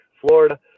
Florida